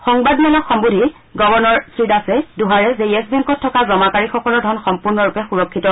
সংবাদমেলক সন্নোধি গৱৰ্ণৰ শ্ৰী দাসে দোহাৰে যে য়েছ বেংকত থকা জমাকাৰীসকলৰ ধন সম্পূৰ্ণৰূপে সুৰক্ষিত